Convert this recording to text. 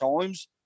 times